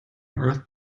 earth